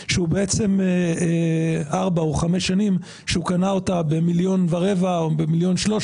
שהוא בעצם קנה אותה ב-1.25 מיליון או ב-1.3